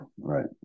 right